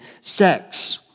sex